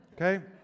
okay